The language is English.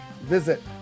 Visit